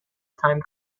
time